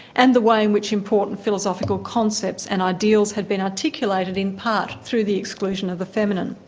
and the way in which important philosophical concepts and ideals had been articulated in part through the exclusion of the feminine.